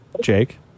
Jake